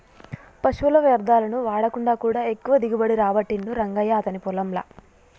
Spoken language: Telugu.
పశువుల వ్యర్ధాలను వాడకుండా కూడా ఎక్కువ దిగుబడి రాబట్టిండు రంగయ్య అతని పొలం ల